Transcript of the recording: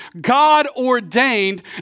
God-ordained